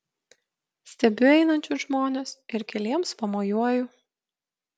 stebiu einančius žmones ir keliems pamojuoju